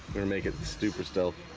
gonna make it super stealth